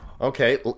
okay